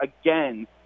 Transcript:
again